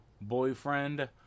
boyfriend